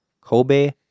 Kobe